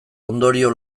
ondorio